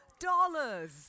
dollars